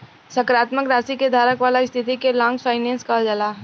सकारात्मक राशि के धारक वाला स्थिति के लॉन्ग फाइनेंस कहल जाला